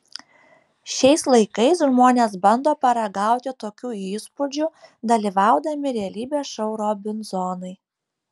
šiais laikais žmonės bando paragauti tokių įspūdžių dalyvaudami realybės šou robinzonai